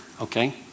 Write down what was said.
okay